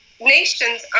nations